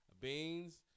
beans